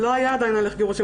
לא היה עדיין הליך גירושין,